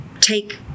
take